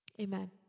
Amen